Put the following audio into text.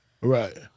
right